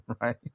right